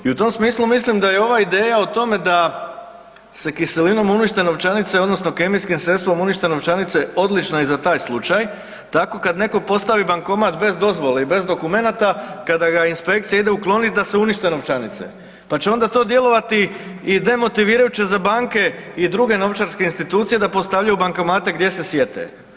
I u tom smislu mislim da je ovaj ideja o tome da se kiselinom unište novčanice odnosno kemijskim sredstvom unište novčanice odlična i za taj slučaj tako kad netko postavi bankomat bez dozvole i bez dokumenata, kada ga inspekcija ide ukloniti da se unište novčanice pa će onda to djelovati i demotivirajuće i za banke i druge novčarske institucije da postavljaju bankomate gdje se sjete.